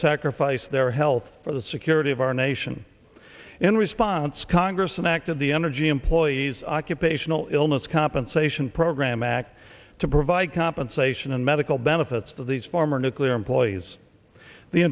sacrifice their health for the security of our nation in response congress an act of the energy employees occupational illness compensation program act to provide compensation and medical benefits of these former nuclear employees the